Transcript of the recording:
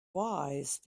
wise